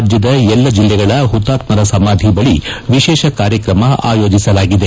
ರಾಜ್ಯದ ಎಲ್ಲಾ ಜಿಲ್ಲೆಗಳ ಹುತಾತ್ಮರ ಸಮಾಧಿ ಬಳಿ ವಿಶೇಷ ಕಾರ್ಯಕ್ರಮ ಆಯೋಜಿಸಲಾಗಿದೆ